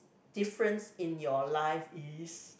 difference in your life is